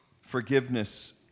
forgiveness